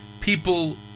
people